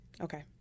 Okay